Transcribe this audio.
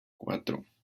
cuatro